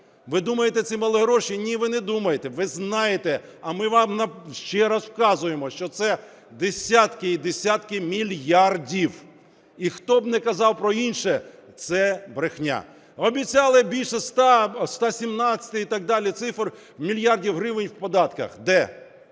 Ви думаєте, це малі гроші? Ні, ви не думаєте, ви знаєте, а ми вам ще раз вказуємо, що це десятки і десятки мільярдів. І хто б не казав про інше, це брехня. Обіцяли більше 117 і так далі цифр мільярдів гривень в податках. Де?